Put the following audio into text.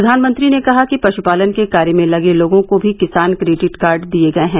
प्रधानमंत्री ने कहा कि पशुपालन के कार्य में लगे लोगों को भी किसान क्रेडिट कार्ड दिए गए हैं